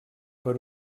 per